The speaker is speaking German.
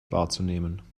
wahrzunehmen